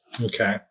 Okay